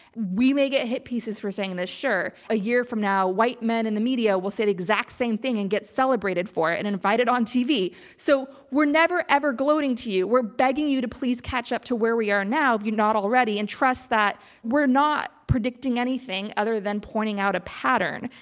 we may get hit pieces for saying this sure. a year from now, white men in the media will say the exact same thing and get celebrated for it and invited on tv. so we're never ever gloating to you, we're begging you to please catch up to where we are now if you're not already. and trust that we're not predicting anything other than pointing out a pattern.